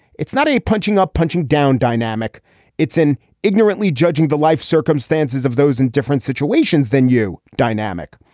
it's not a punching up punching down dynamic it's an ignorantly judging the life circumstances of those in different situations than you dynamic.